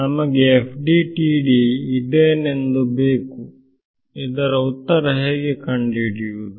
ನಮಗೆ FDTD ಇದೇನೆಂದು ಬೇಕು ಇದರ ಉತ್ತರ ಹೇಗೆ ಕಂಡುಹಿಡಿಯುವುದು